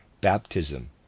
baptism